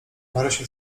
marysia